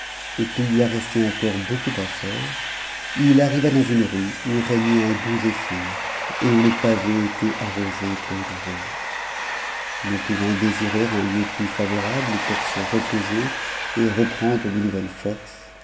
et qu'il lui en restait encore beaucoup à faire il arriva dans une rue où régnait un doux zéphyr et dont le pavé était arrosé d'eau de rose ne pouvant désirer un lieu plus favol'able pour se reposer et reprendre de nouvelles forces